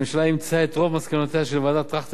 הממשלה אימצה את רוב המלצותיה של ועדת-טרכטנברג,